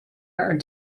are